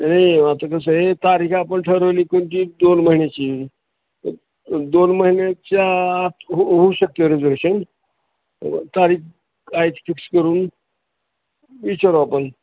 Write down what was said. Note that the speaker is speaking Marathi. नाही आता कसं आहे तारीख आपण ठरवली कोणती दोन महिन्याची तर दोन महिन्याच्या हो होऊ शकतं रिझवेशन तारीख आजच फिक्स करून विचारू आपण